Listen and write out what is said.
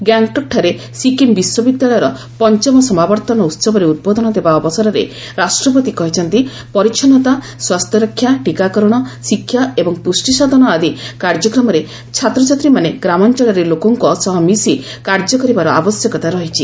ଗ୍ୟାଙ୍ଗ୍ଟକ୍ଠାରେ ସିକ୍ରିମ୍ ବିଶ୍ୱବିଦ୍ୟାଳୟର ପଞ୍ଚମ ସମାବର୍ତ୍ତନ ଉତ୍ସବରେ ଉଦ୍ବୋଧନ ଦେବା ଅବସରରେ ରାଷ୍ଟ୍ରପତି କହିଛନ୍ତି ପରିଚ୍ଛନ୍ତା ସ୍ୱାସ୍ଥ୍ୟରକ୍ଷା ଟୀକାକରଣ ଶିକ୍ଷା ଏବଂ ପୁଷ୍ଟିସାଧନ ଆଦି କାର୍ଯ୍ୟକ୍ରମରେ ଛାତ୍ରଛାତ୍ରୀମାନେ ଗ୍ରାମାଞ୍ଚଳରେ ଲୋକଙ୍କ ସହ ମିଶି କାର୍ଯ୍ୟ କରିବାର ଆବଶ୍ୟକତା ରହିଛି